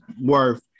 worth